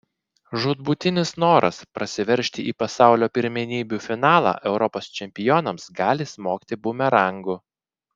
žūtbūtinis noras prasiveržti į pasaulio pirmenybių finalą europos čempionams gali smogti bumerangu